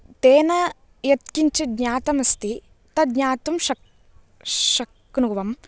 तेन यत्किञ्चित् ज्ञातमस्ति तत् ज्ञातुं शक्नुवं